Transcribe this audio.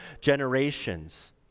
generations